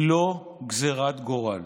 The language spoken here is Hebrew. היא לא גזרת גורל.